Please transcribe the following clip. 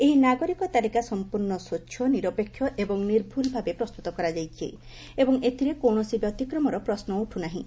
ଏହି ନାଗରିକ ତାଲିକା ସମ୍ପର୍ଷ୍ଣ ସ୍ୱଚ୍ଚ ନିରପେକ୍ଷ ଏବଂ ନିର୍ଭୁଲ ଭାବେ ପ୍ରସ୍ତୁତ କରାଯାଉଛି ଏବଂ ଏଥିରେ କୌଣସି ବ୍ୟତିକ୍ରମର ପ୍ରଶ୍ନ ଉଠୁ ନାହିଁ